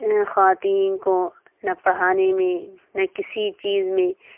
خواتین کو نہ پڑھانے میں نہ کسی چیز میں